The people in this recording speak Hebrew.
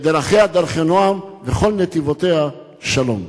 "דרכיה דרכי נֹעם, וכל נתיבותיה שלום".